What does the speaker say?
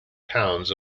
pounds